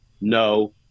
no